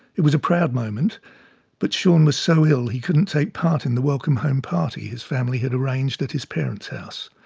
it was a proud moment but shaun was so ill, he couldn't take part in the welcome home party his family had arranged at his parents' house.